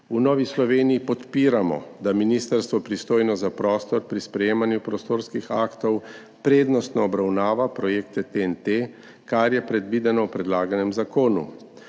V Novi Sloveniji podpiramo, da ministrstvo, pristojno za prostor, pri sprejemanju prostorskih aktov prednostno obravnava projekte TEN-T, kar je predvideno v predlaganem zakonu.